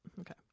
Okay